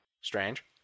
strange